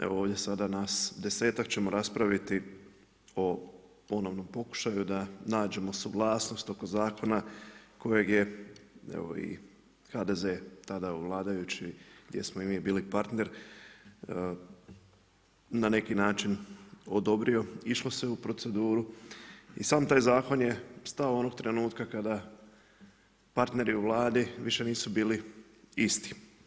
Evo, ovdje sad nas 10-tak ćemo raspraviti o onom pokušaju da nađemo suglasnost oko zakona, kojeg je evo i HDZ, tada vladajući gdje smo i mi bili partner, na neki način odobrio, išlo se u proceduru i sam taj zakon je stao onog trenutka kada partneri u Vladi više nisu bili isti.